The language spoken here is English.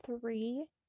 three